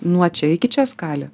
nuo čia iki čia skalė